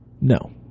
No